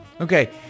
Okay